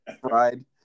fried